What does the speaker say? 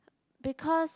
because